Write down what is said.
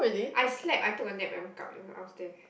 I slept I took a nap and woke up it I was there